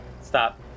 stop